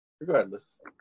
regardless